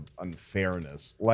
unfairness